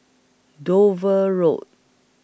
Dover Road